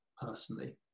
personally